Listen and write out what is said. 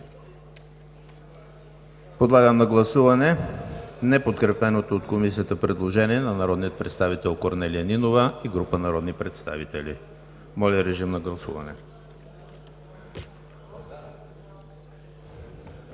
Подлагам на гласуване неподкрепеното от Комисията предложение на народния представител Корнелия Нинова и група народни представители. Гласували